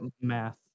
math